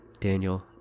daniel